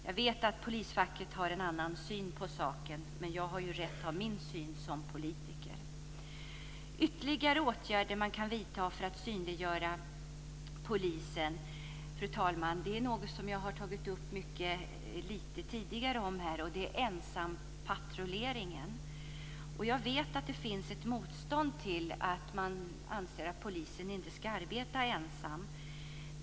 Jag vet att polisfacket har en annan syn på saken, men jag har ju rätt att ha min syn som politiker. Fru talman! Ytterligare en åtgärd som man kan vidta för att synliggöra polisen - något som jag har tagit upp tidigare här - är ensampatrulleringen. Jag vet att det finns ett motstånd till detta, att man anser att poliser inte ska arbeta ensamma.